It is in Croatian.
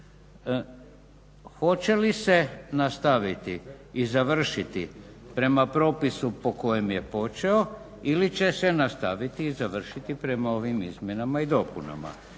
Hoće li se nastaviti i završiti prema propisu po kojem je počeo ili će se nastaviti i završiti prema ovim izmjenama i dopunama.